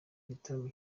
igitaramo